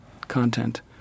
content